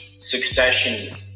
succession